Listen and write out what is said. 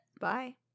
Bye